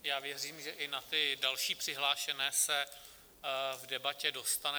Já věřím, že i na ty další přihlášené se v debatě dostane.